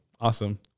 Awesome